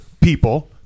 people